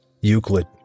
Euclid